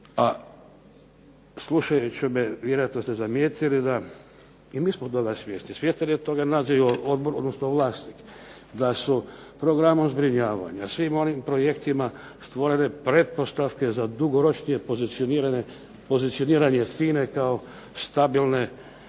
Pa slušajući me vjerojatno ste zamijetili da i mi smo toga svjesni, svjestan je toga Nadzorni odbor, odnosno vlasnik, da su programom zbrinjavanja, svim onim projektima stvorene pretpostavke za dugoročnije pozicioniranje FINA-e kao stabilne